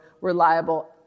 reliable